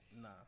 Nah